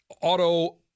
auto